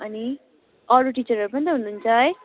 अनि अरू टिचरहरू पनि त हुनुहुन्छ है